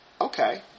okay